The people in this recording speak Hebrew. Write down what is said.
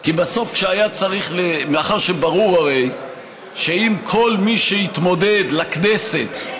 כי ברור שאם כל מי שיתמודד לכנסת,